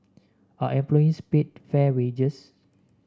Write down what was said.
are employees paid fair wages